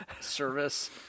service